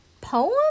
poem